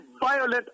violent